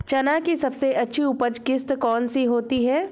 चना की सबसे अच्छी उपज किश्त कौन सी होती है?